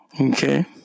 okay